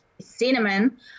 cinnamon